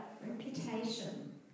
reputation